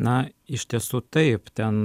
na iš tiesų taip ten